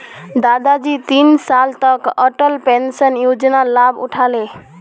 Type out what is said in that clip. दादाजी तीन साल तक अटल पेंशन योजनार लाभ उठा ले